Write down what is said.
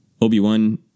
Obi-Wan